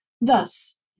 Thus